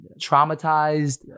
traumatized